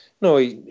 no